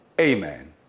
amen